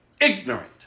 ignorant